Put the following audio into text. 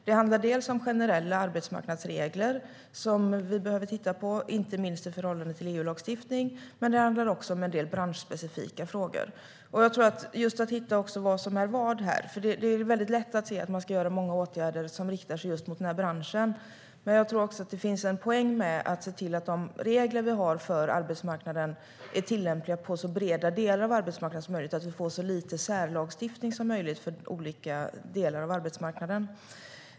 Det handlar delvis om generella arbetsmarknadsregler som vi behöver titta på, inte minst i förhållande till EU-lagstiftningen, men det handlar också om en del branschspecifika frågor. Det gäller att hitta vad som är vad här. Det är väldigt lätt att säga att man ska vidta många åtgärder som riktar sig mot just den här branschen, men jag tror också att det finns en poäng med att se till att de regler vi har för arbetsmarknaden är tillämpliga på så breda delar av arbetsmarknaden som möjligt och att vi får så lite särlagstiftning som möjligt för olika delar av arbetsmarknaden.